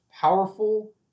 powerful